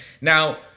Now